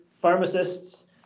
pharmacists